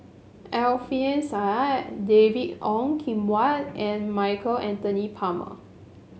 Alfian Sa'at David Ong Kim Huat and Michael Anthony Palmer